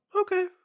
okay